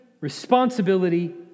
responsibility